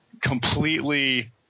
completely